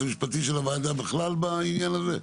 המשפטי של הוועדה בכלל בעניין הזה ?